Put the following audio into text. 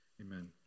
Amen